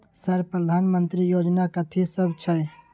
Sir प्रधानमंत्री योजना कथि सब छै?